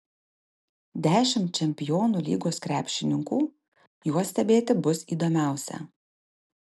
dešimt čempionų lygos krepšininkų juos stebėti bus įdomiausia